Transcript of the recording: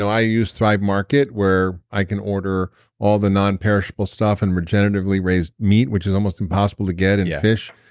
i use thrive market where i can order all the non-perishable stuff and regeneratively raised meat, which is almost impossible to get in fish,